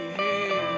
hey